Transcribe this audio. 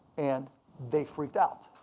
and they freaked out.